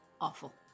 awful